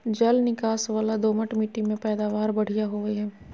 जल निकास वला दोमट मिट्टी में पैदावार बढ़िया होवई हई